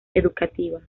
educativas